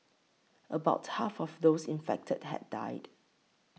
about half of those infected have died